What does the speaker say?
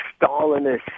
Stalinist